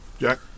Jack